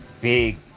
big